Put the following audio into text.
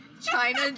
China